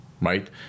right